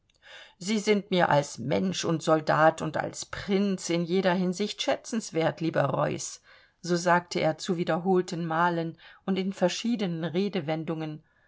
sie sind mir als mensch und soldat und als prinz in jeder hinsicht schätzenswert lieber reuß so sagte er zu wiederholten malen und in verschiedenen redewendungen